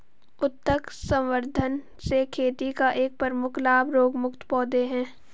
उत्तक संवर्धन से खेती का एक प्रमुख लाभ रोगमुक्त पौधे हैं